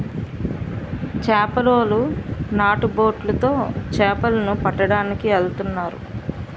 చేపలోలు నాటు బొట్లు తో చేపల ను పట్టడానికి ఎల్తన్నారు